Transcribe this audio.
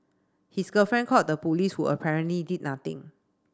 his girlfriend called the police who apparently did nothing